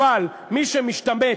אבל מי שמשתמט,